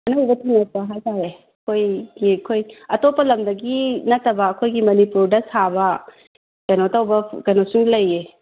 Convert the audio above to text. ꯑꯅꯧꯕ ꯊꯨꯡꯉꯛꯄ ꯍꯥꯏꯕꯇꯥꯔꯦ ꯑꯩꯈꯣꯏꯒꯤ ꯑꯩꯈꯣꯏ ꯑꯇꯣꯞꯄ ꯂꯝꯗꯒꯤ ꯅꯠꯇꯕ ꯑꯩꯈꯣꯏꯒꯤ ꯃꯅꯤꯄꯨꯔꯗ ꯁꯥꯕ ꯀꯩꯅꯣ ꯇꯧꯕ ꯀꯩꯅꯣꯁꯨ ꯂꯩꯌꯦ